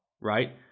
Right